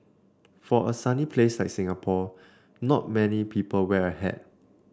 for a sunny place like Singapore not many people wear a hat